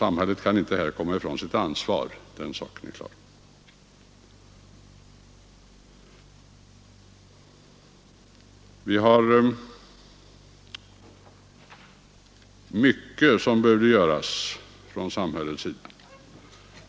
Samhället kan inte här komma ifrån sitt ansvar, den saken är klar. Det finns mycket som behöver göras från samhällets sida. Här blott ett exempel.